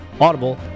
Audible